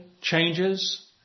changes